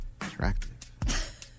Attractive